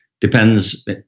depends